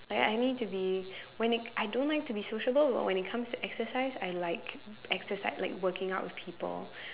I I need to be why like I don't like to be sociable but when it comes to exercise I like exercise working out with people